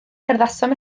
cerddasom